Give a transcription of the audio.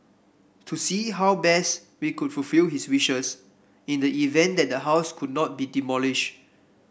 to see how best we could fulfil his wishes in the event that the house could not be demolish